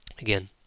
Again